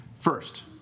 First